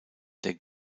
der